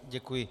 Děkuji.